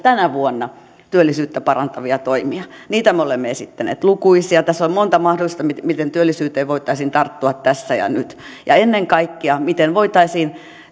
jo tänä vuonna työllisyyttä parantavia toimia niitä me olemme esittäneet lukuisia tässä on ollut monta mahdollisuutta miten työllisyyteen voitaisiin tarttua tässä ja nyt ja ennen kaikkea miten voitaisiin